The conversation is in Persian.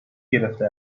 گرفته